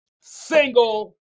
single